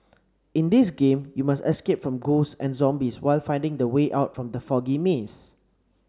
in this game you must escape from ghosts and zombies while finding the way out from the foggy maze